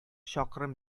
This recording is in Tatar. чакрым